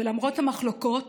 ולמרות המחלוקות